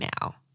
now